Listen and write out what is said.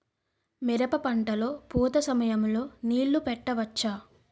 మిరప పంట లొ పూత సమయం లొ నీళ్ళు పెట్టవచ్చా?